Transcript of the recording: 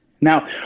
Now